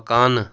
مَکانہٕ